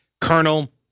colonel